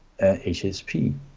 HSP